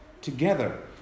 together